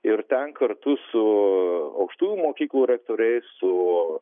ir ten kartu su aukštųjų mokyklų rektoriais su